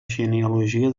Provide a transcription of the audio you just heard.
genealogia